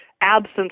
absence